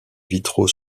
vitraux